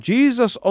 Jesus